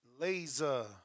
Laser